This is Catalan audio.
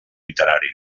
literari